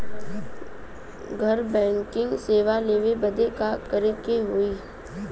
घर बैकिंग सेवा लेवे बदे का करे के होई?